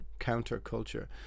counterculture